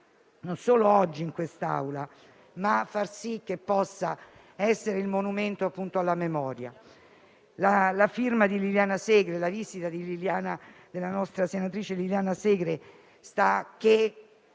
ricordare oggi in quest'Aula, ma far sì che esso possa essere il monumento alla memoria. La visita della nostra senatrice Liliana Segre in quel